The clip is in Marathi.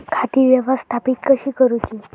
खाती व्यवस्थापित कशी करूची?